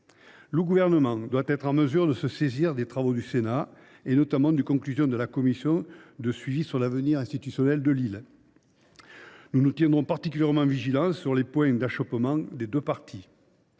Le Gouvernement doit être en mesure de se saisir des travaux du Sénat, notamment des conclusions de la mission d’information sur l’avenir institutionnel de la Nouvelle Calédonie. Nous serons particulièrement vigilants sur les points d’achoppements des deux parties.